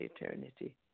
eternity